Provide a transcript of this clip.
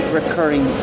recurring